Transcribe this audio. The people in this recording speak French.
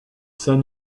saint